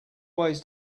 ways